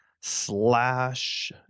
slash